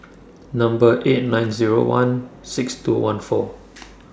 Number eight nine Zero one six two one four